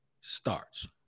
starts